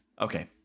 Okay